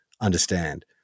understand